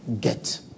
get